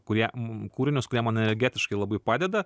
kurie kūrinius kurie man energetiškai labai padeda